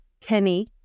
Kenny